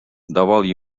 давал